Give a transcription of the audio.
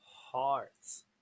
Hearts